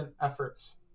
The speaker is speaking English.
efforts